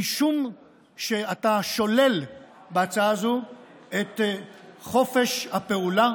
משום שאתה שולל בהצעה הזאת את חופש הפעולה,